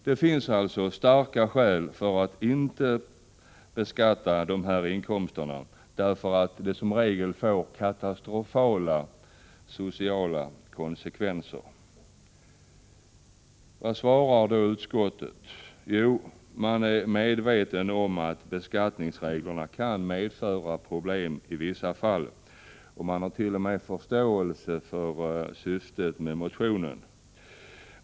Det finns alltså starka skäl för att inte beskatta dessa inkomster, därför att det som regel får katastrofala sociala konsekvenser. Vad svarar då utskottet? Jo, man är medveten om att beskattningsreglerna kan medföra problem i vissa fall, och man har t.o.m. förståelse för syftet med motionen.